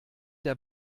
der